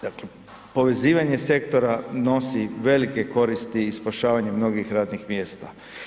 Dakle povezivanje sektora nosi velike koristi i spašavanjem mnogih radnih mjesta.